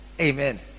Amen